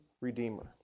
Redeemer